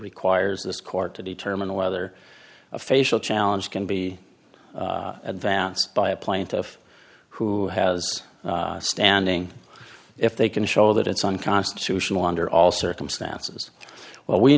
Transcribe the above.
requires this court to determine whether a facial challenge can be advanced by a plaintiff who has standing if they can show that it's unconstitutional under all circumstances well we